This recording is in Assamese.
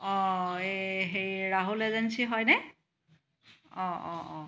অ' এই হে ৰাহুল এজেঞ্চি হয়নে অ' অ' অ'